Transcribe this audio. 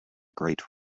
great